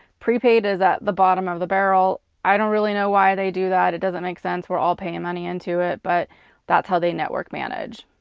prepaid is at the bottom of the barrel. i don't really know why they do that, it doesn't make sense. we're all paying money into it, but that's how they network-manage.